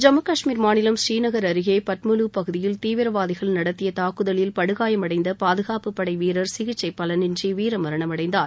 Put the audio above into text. ஜம்மு கஷ்மீர் மாநிலம் ஸ்ரீநகர் அருகே பட்மலூ பகுதியில் தீவிரவாதிகள் நடத்திய தாக்குதலில் படுகாயமடைந்த பாதுகாப்புப் படை வீரர் சிகிச்சை பலனின்றி வீரமரணமடைந்தார்